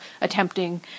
attempting